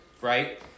Right